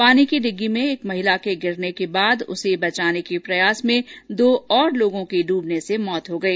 पानी की डिग्गी में एक महिला के गिरने के बाद उसे बचाने के प्रयास में दो और लोगों की डूबने से मौत हो गई